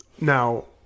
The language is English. now